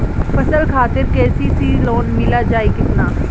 फसल खातिर के.सी.सी लोना मील जाई किना?